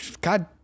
god